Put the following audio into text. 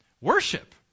Worship